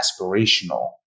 aspirational